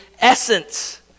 essence